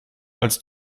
als